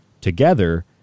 together